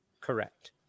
Correct